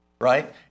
Right